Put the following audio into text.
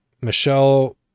Michelle